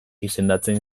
izendatzen